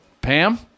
Pam